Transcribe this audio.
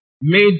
made